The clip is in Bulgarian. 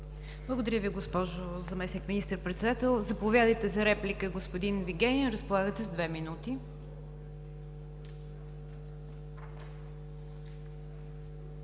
Благодаря Ви, госпожо Заместник министър-председател. Заповядайте за реплика, господин Вигенин, разполагате с две минути.